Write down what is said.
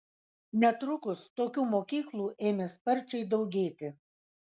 netrukus tokių mokyklų ėmė sparčiai daugėti